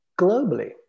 globally